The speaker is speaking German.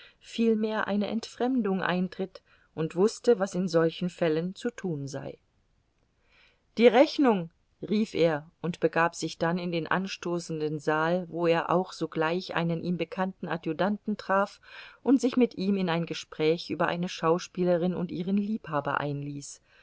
vielmehr eine entfremdung eintritt und wußte was in solchen fällen zu tun sei die rechnung rief er und begab sich dann in den anstoßenden saal wo er auch sogleich einen ihm bekannten adjutanten traf und sich mit ihm in ein gespräch über eine schauspielerin und ihren liebhaber einließ